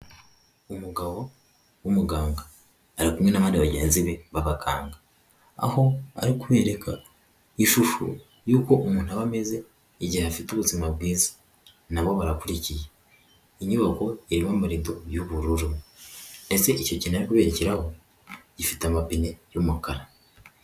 Umugabo w'umuganga. Ari kumwe n'abandi bagenzi be b'abaganga. Aho ari kubereka ishusho y'uko umuntu aba ameze igihe afite ubuzima bwiza. Na bo barakurikiye. Inyubako irimo amarido y'ubururu ndetse icyo kintu ari kuberekeraho gifite amapine y'umukara.